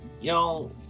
Y'all